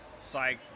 psyched